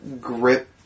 grip